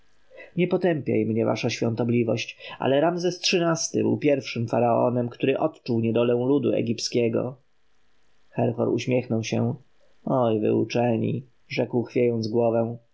nie potępiaj mnie wasza świątobliwość ale ramzes xiii-ty był pierwszym faraonem który odczuł niedolę ludu egipskiego herhor uśmiechnął się oj wy uczeni rzekł chwiejąc głowę